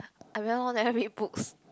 I very long never read books